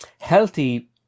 healthy